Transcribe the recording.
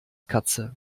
katze